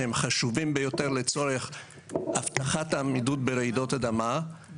שהם חשובים ביותר לצורך הבטחת עמידות ברעידות אדמה.